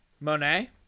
Monet